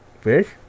Fish